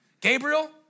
Gabriel